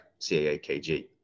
CAAKG